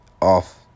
off